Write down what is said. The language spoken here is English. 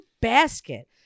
basket